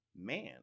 man